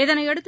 இதனையடுத்து